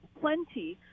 plenty